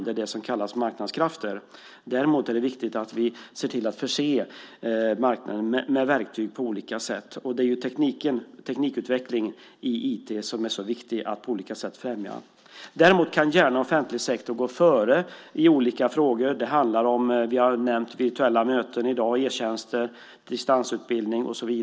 Det är det som kallas för marknadskrafter. Däremot är det viktigt att vi ser till att förse marknaden med verktyg på olika sätt. Det är utvecklingen i IT som är så viktig att främja på olika sätt. Offentlig sektor kan gärna gå före i olika frågor. Vi har nämnt virtuella möten, e-tjänster, distansutbildning och så vidare.